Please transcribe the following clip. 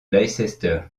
leicester